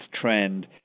trend